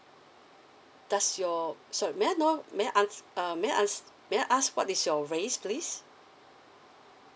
does your sorry may I know may I ask uh may I ask may I ask what is your race please